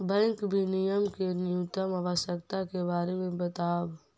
bank विनियमन के न्यूनतम आवश्यकता के बारे में बतावऽ